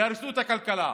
יהרסו את הכלכלה,